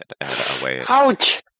Ouch